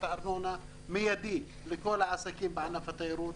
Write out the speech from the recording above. הארנונה מיידית לכל העסקים בענף התיירות.